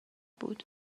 بود